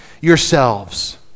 yourselves